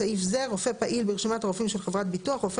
בסעיף זה "רופא פעיל ברשימת הרופאים של חברת ביטוח" רופא